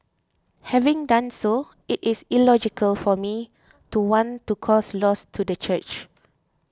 having done so it is illogical for me to want to cause loss to the church